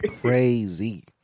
Crazy